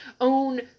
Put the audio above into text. own